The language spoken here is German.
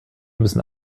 müssen